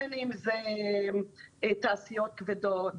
בין אם זה תעשיות כבדות,